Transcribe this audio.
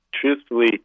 truthfully